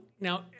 now